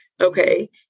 okay